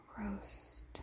Roast